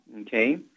Okay